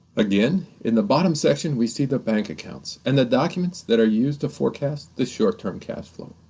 again, in the bottom section, we see the bank accounts and the documents that are used to forecast the short term cashflow.